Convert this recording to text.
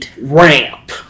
Ramp